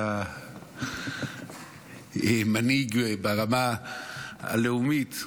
היה מנהיג ברמה הלאומית.